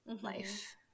life